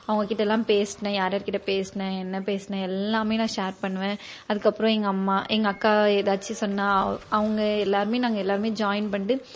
அவங்ககிட்டலாம் பேசினேன் யாரார் கிட்டே பேசினேன் என்ன பேசினேன் எல்லாமே நான் ஷேர் பண்ணுவேன் அதுக்கு அப்புறம் எங்கள் அம்மா எங்கள் அக்கா ஏதாச்சும் சொன்னாள் அவ அவங்க எல்லாேருமே நாங்கள் எல்லாேருமே ஜாயிண்ட் பண்ணிட்டு